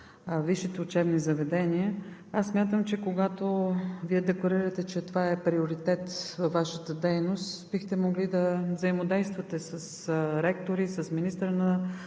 висшите учебни заведения, смятам, че когато декларирате, че това е приоритет във Вашата дейност, бихте могли да взаимодействате с ректори, с министъра на